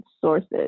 sources